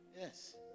yes